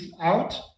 out